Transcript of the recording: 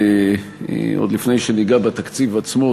עוד לפני שניגע בתקציב עצמו,